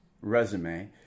resume